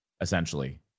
essentially